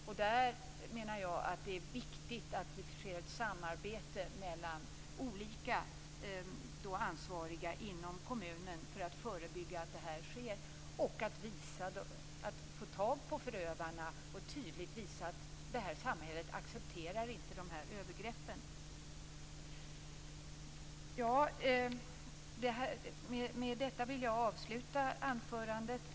Det är viktigt att det sker ett samarbete mellan olika ansvariga inom kommunen för att förebygga att sådant här sker och för att man skall få tag på förövarna och tydligt visa att det här samhället inte accepterar dessa övergrepp. Med detta vill jag avsluta anförandet.